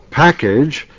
package